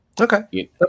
Okay